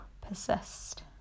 persist